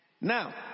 now